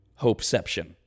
hopeception